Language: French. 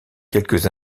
quelques